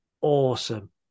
awesome